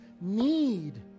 need